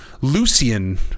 Lucian